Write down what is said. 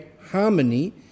harmony